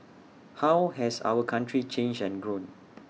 how has our country changed and grown